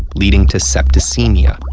leading to septicemia,